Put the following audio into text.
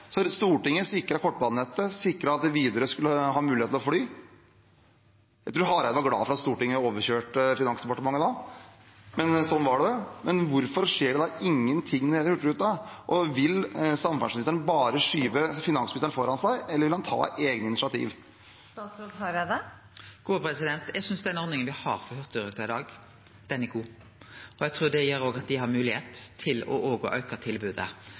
Stortinget sikret kortbanenettet, sikret at Widerøe skulle ha mulighet til å fly. Jeg tror Hareide var glad for at Stortinget overkjørte Finansdepartementet da, men sånn var det. Men hvorfor skjer det da ingenting når det gjelder Hurtigruten? Vil samferdselsministeren bare skyve finansministeren foran seg, eller vil han ta egne initiativ? Eg synest den ordninga me har for Hurtigruten i dag, er god, og eg trur det gjer at dei har moglegheit til òg å